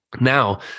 now